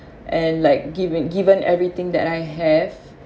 and like giving given everything that I have